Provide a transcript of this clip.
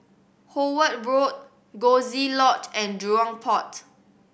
Howard Road Coziee Lodge and Jurong Port